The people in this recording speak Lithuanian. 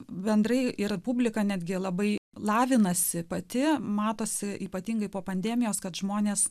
bendrai yra publika netgi labai lavinasi pati matosi ypatingai po pandemijos kad žmonės